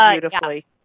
beautifully